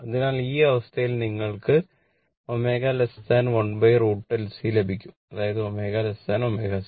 അതിനാൽ ഈ അവസ്ഥയിൽ നിന്ന് നിങ്ങൾക്ക് ω 1√ LC ലഭിക്കും അതായത് ω ω0